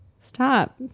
Stop